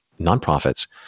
nonprofits